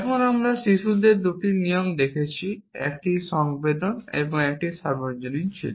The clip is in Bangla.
এখন আমরা শিশুদের 2 নিয়ম দেখেছি 1 সংবেদন একটি সার্বজনীন ছিল